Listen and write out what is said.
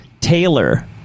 Taylor